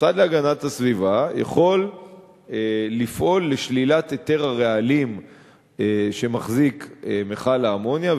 המשרד להגנת הסביבה יכול לפעול לשלילת היתר הרעלים שמחזיק מכל האמוניה,